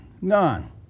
None